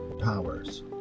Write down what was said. powers